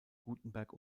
gutenberg